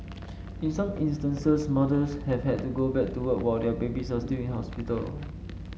in some instances mothers have had to go back to work while their babies are still in hospital